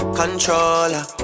controller